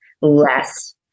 less